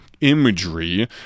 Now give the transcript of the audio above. imagery